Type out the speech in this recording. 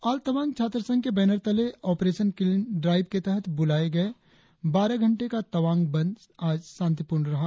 all Tawang छात्र संघ के बैनर तले ऑपरेशन क्लीन ड्राइव के तहत ब्रुलाया गया बारह घंटे का तवांग बंद शांतिपूर्ण रहा